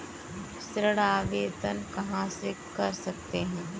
ऋण आवेदन कहां से कर सकते हैं?